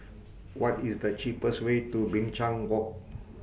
What IS The cheapest Way to Binchang Walk